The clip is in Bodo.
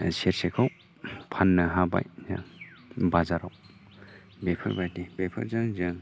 सेरसेखौ फाननो हाबाय बाजाराव बेफोरबायदि बेफोरजों जों